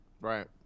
Right